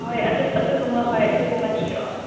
ꯍꯣꯏ ꯑꯗꯨꯝꯕ ꯍꯣꯏ ꯑꯗꯨꯝꯕ ꯊꯤꯔꯛꯑꯣ